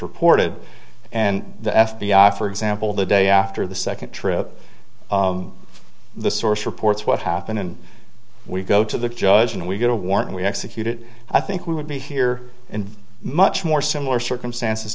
reported and the f b i for example the day after the second trip the source reports what happened and we go to the judge and we get a warrant we executed i think we would be here in much more similar circumstances